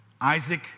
Isaac